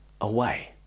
away